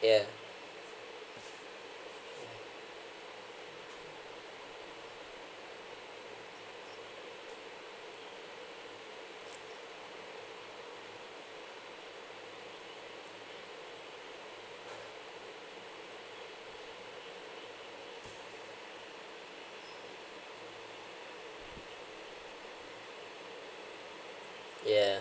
mm yeah yeah